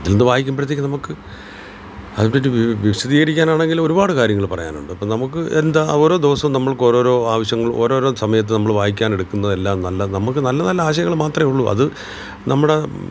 അതിൽ നിന്നു വായിക്കുമ്പോഴത്തേക്ക് നമുക്ക് അതിനെ പറ്റി വി വിശദീകരിക്കാനാണെങ്കിൽ ഒരുപാട് കാര്യങ്ങൾ പറയാനുണ്ട് അപ്പം നമുക്ക് എന്താ ഓരോ ദിവസവും നമുക്ക് ഓരോരോ ആവശ്യങ്ങൾ ഓരോരോ സമയത്തു നമ്മൾ വായിക്കാൻ എടുക്കുന്നതെല്ലാം നല്ലത് നമുക്ക് നല്ല നല്ല ആശയങ്ങൾ മാത്രമേ ഉള്ളൂ അതു നമ്മുടെ